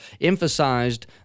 emphasized